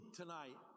tonight